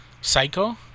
Psycho